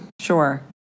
sure